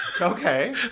Okay